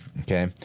Okay